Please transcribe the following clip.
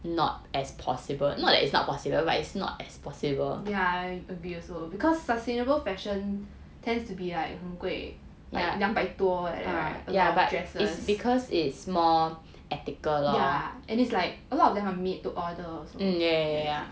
ya I agree also because sustainable fashion tends to be like 很 like 贵两百多 like that right a lot of dresses ya and it's like a lot of them are made to order also